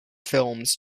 films